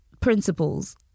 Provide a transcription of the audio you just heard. principles